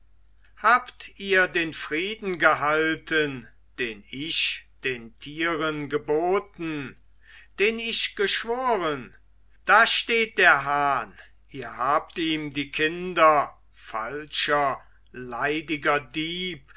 habt ihr den frieden gehalten den ich den tieren geboten den ich geschworen da steht der hahn ihr habt ihm die kinder falscher leidiger dieb